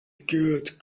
good